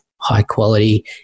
high-quality